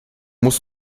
muss